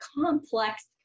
complex